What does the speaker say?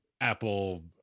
Apple